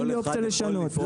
אין לנו אופציה לשנות.